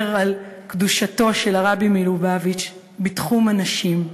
על קדושתו של הרבי מלובביץ' בתחום הנשים.